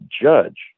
judge